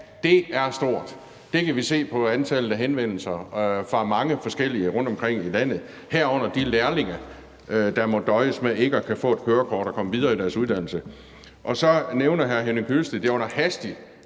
det er stort. Det kan vi se på antallet af henvendelser fra mange forskellige rundtomkring i landet, herunder de lærlinge, der må døje med ikke at kunne få et kørekort og komme videre med deres uddannelse. Så nævner hr. Henning Hyllested, at det her problem